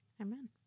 Amen